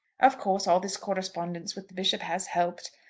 of course all this correspondence with the bishop has helped.